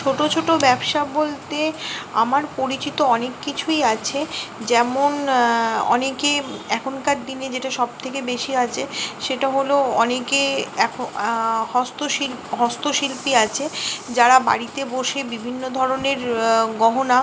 ছোটো ছোটো ব্যবসা বলতে আমার পরিচিত অনেক কিছুই আছে যেমন অনেকে এখনকার দিনে যেটা সব থেকে বেশি আছে সেটা হলো অনেকে এখ হস্ত হস্ত শিল্পী আছে যারা বাড়িতে বসে বিভিন্ন ধরনের গহনা